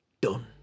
done